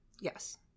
Yes